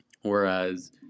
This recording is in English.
Whereas